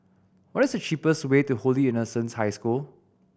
what is the cheapest way to Holy Innocents' High School